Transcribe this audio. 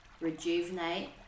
rejuvenate